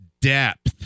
depth